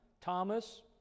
Thomas